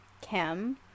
Kim